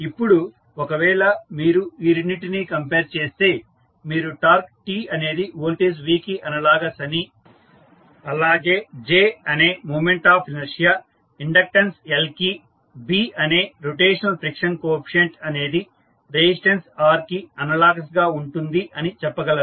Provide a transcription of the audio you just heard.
ఇప్పుడు ఒకవేళ మీరు ఈ రెండింటినీ కంపేర్ చేస్తే మీరు టార్క్ T అనేది వోల్టేజ్ V కి అనలాగస్ అని అలాగే J అనే moment of inertia inductance L కి B అనే రొటేషనల్ ఫ్రిక్షన్ కోఎఫీసియంట్ అనేది రెసిస్టెన్స్ R కి అనలాగస్ గా ఉంటుంది అని చెప్పగలరు